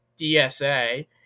DSA